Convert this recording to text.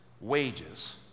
wages